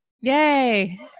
Yay